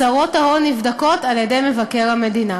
הצהרות ההון נבדקות על-ידי מבקר המדינה.